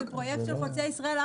ופרויקט של חוצה ישראל,